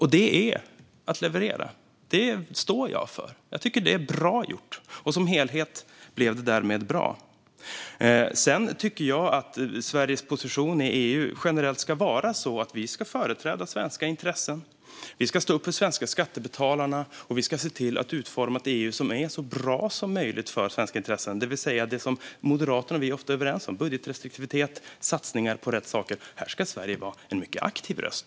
Det är att leverera. Det står jag för. Jag tycker att det är bra gjort, och som helhet blev det därmed bra. Sedan tycker jag att Sveriges position i EU generellt ska handla om att företräda svenska intressen. Vi ska stå upp för de svenska skattebetalarna, och vi ska se till att utforma ett EU som är så bra som möjligt för svenska intressen. Det gäller alltså sådant som Moderaterna och vi ofta är överens om - som budgetrestriktivitet och satsningar på rätt saker - och här ska Sverige vara en mycket aktiv röst.